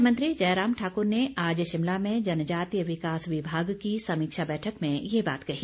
मुख्यमंत्री जयराम ठाक्र ने आज शिमला में जनजातीय विकास विभाग की समीक्षा बैठक में ये बात कही